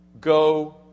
Go